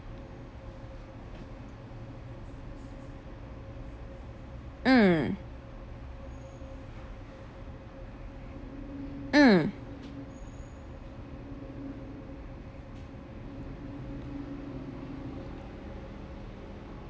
mm mm